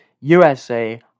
usa